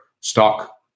stock